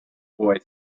boy